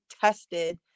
tested